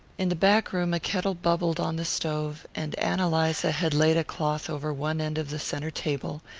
in the back room a kettle bubbled on the stove, and ann eliza had laid a cloth over one end of the centre table,